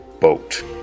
boat